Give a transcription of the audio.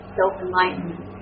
self-enlightenment